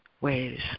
ways